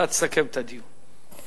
ואתה תסכם את הדיון.